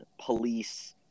police